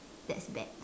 that's bad